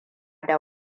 da